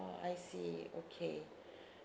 I see okay